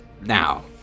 now